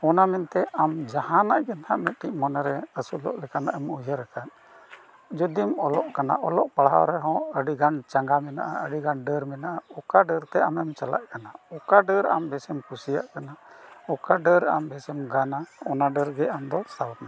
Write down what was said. ᱚᱱᱟ ᱢᱮᱱᱛᱮ ᱟᱢ ᱡᱟᱦᱟᱸᱱᱟᱜ ᱜᱮ ᱱᱟᱜ ᱢᱤᱫᱴᱤᱡ ᱢᱚᱱᱮ ᱨᱮ ᱟᱹᱥᱩᱞᱚᱜ ᱞᱮᱠᱟᱱᱟᱜ ᱮᱢ ᱩᱭᱦᱟᱹᱨ ᱟᱠᱟᱫ ᱡᱩᱫᱤᱢ ᱚᱞᱚᱜ ᱠᱟᱱᱟ ᱚᱞᱚᱜ ᱯᱟᱲᱦᱟᱣ ᱨᱮᱦᱚᱸ ᱟᱹᱰᱤ ᱜᱟᱱ ᱪᱟᱸᱜᱟ ᱢᱮᱱᱟᱜᱼᱟ ᱟᱹᱰᱤ ᱜᱟᱱ ᱰᱟᱹᱨ ᱢᱮᱱᱟᱜᱼᱟ ᱚᱠᱟ ᱰᱟᱹᱨᱛᱮ ᱟᱢᱮᱢ ᱪᱟᱞᱟᱜ ᱠᱟᱱᱟ ᱚᱠᱟ ᱰᱟᱹᱨ ᱟᱢ ᱵᱮᱥᱮᱢ ᱠᱩᱥᱤᱭᱟᱜ ᱠᱟᱱᱟ ᱚᱠᱟ ᱰᱟᱹᱨ ᱟᱢ ᱵᱮᱥᱮᱢ ᱜᱟᱱᱟ ᱚᱱᱟ ᱰᱟᱹᱨᱜᱮ ᱟᱢ ᱫᱚ ᱥᱟᱵᱽ ᱢᱮ